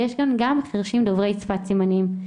ויש פה גם חרשים דוברי שפת סימנים.